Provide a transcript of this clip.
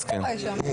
שיר.